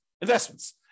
investments